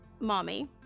Mommy